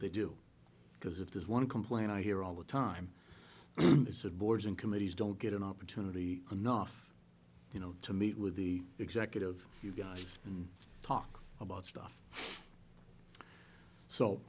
they do because if there's one complaint i hear all the time boards and committees don't get an opportunity cannot you know to meet with the executive you guys can talk about stuff so